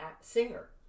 singer